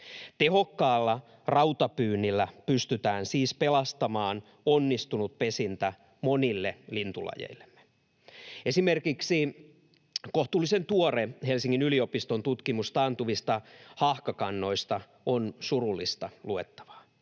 Tehokkaalla rautapyynnillä pystytään siis pelastamaan onnistunut pesintä monille lintulajeillemme. Esimerkiksi kohtuullisen tuore Helsingin yliopiston tutkimus taantuvista haahkakannoista on surullista luettavaa.